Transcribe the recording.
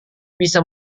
bisa